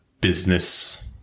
business